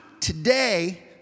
Today